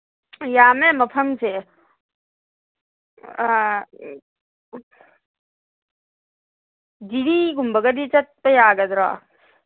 ꯌꯥꯝꯃꯦ ꯃꯐꯝꯁꯦ ꯖꯤꯔꯤꯒꯨꯝꯕꯒꯗꯤ ꯆꯠꯄ ꯌꯥꯒꯗ꯭ꯔꯣ